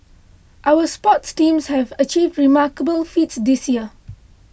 our sports teams have achieved remarkable feats this year